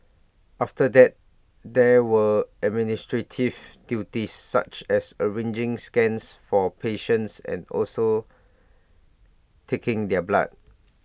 after that there were administrative duties such as arranging scans for patients and also taking their blood